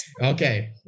Okay